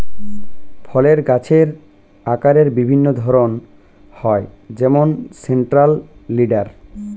ফলের গাছের আকারের বিভিন্ন ধরন হয় যেমন সেন্ট্রাল লিডার